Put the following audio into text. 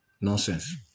Nonsense